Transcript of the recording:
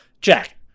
Jack